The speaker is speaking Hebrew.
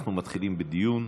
אנחנו מתחילים בדיון.